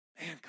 Man